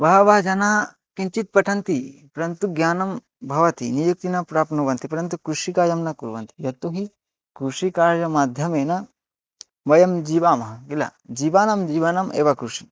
बहवः जनाः किञ्चित् पठन्ति परन्तु ज्ञानं भवति नियुक्तिना प्राप्नुवन्ति परन्तु कृषिकार्यं न कुर्वन्ति यत्तुहि कृषिकार्यमाध्यमेन वयं जीवामः किल जीवानां जीवनम् एव कृषिः